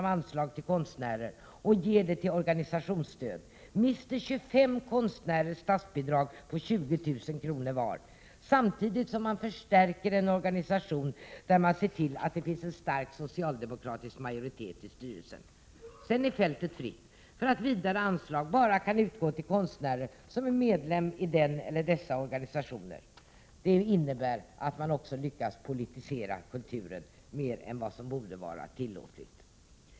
av ett anslag till konstnärer och ger det till organisationsstöd, mister 25 konstnärer statsbidrag på 20 000 kr. var, samtidigt som man förstärker en organisation där man ser till att det finns en stark socialdemokratisk majoritet i styrelsen. Sedan är fältet fritt för att vidare anslag bara kan utgå till konstnärer som är medlemmar i denna organisation. Det innebär att man också lyckas politisera kulturen mer än vad som borde vara tillåtet.